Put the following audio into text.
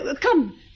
Come